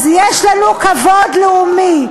אז יש לנו כבוד לאומי.